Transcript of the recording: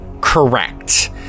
Correct